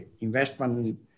investment